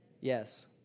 Yes